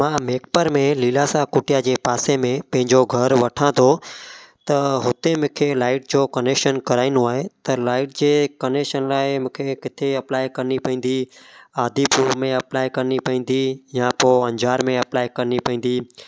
मां मेपर में लीलासाह कुटीया जे पासे में पंहिंजो घर वठां थो त हुते मूंखे लाईट जो कनेशन कराइनो आहे त लाईट जे कनेशन लाइ मूंखे किथे अप्लाई करिणी पवंदी आदिपुर में अप्लाइ करिणी पवंदी यां पोइ अंजार में अप्लाई करिणी पवंदी